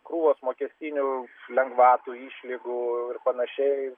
krūvos mokestinių lengvatų išlygų ir panašiai